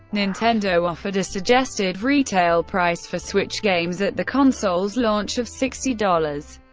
nintendo offered a suggested retail price for switch games at the console's launch of sixty dollars,